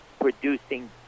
producing